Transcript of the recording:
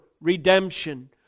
redemption